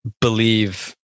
believe